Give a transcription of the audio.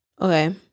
Okay